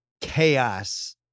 chaos